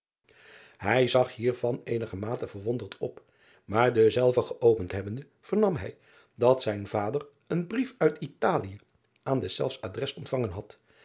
ij zag hiervan eenigermate verwonderd op maar denzelven geopend hebbende vernam hij dat zijn vader een brief uit talië aan deszelfs adres ontvangen had